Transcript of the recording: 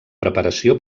preparació